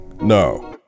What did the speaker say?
no